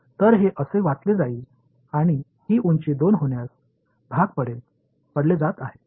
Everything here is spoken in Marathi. तर हे असे वाचले जाईल आणि ही उंची 2 होण्यास भाग पाडले जात आहे